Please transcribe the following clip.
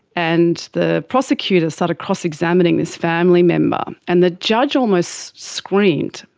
and the prosecutor started cross-examining this family member, and the judge almost screamed,